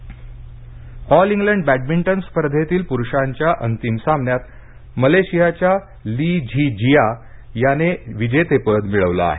बॅडमिंटनद्र all England badminton स्पर्धेतील प्रुषांच्या अंतिम सामन्यात मलेशियाच्या ली झी जिया ने विजेतेपद मिळवलं आहे